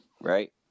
right